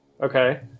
Okay